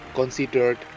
considered